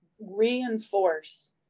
reinforce